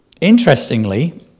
interestingly